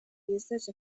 usage